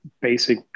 basic